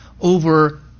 over